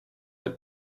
the